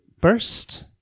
burst